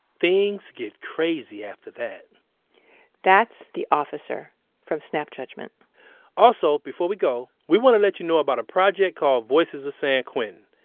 things get crazy after that that's the officer from snap judgment also, before we go, we want to let you know about a project called voices of san quentin.